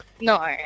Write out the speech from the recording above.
No